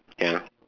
ya